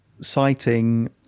citing